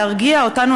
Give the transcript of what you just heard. להרגיע אותנו,